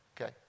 okay